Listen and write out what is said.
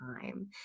time